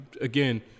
again